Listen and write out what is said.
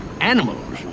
animals